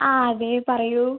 ആ അതെ പറയൂ